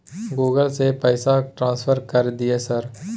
Google से से पैसा ट्रांसफर कर दिय सर?